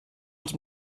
als